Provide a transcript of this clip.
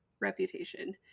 Reputation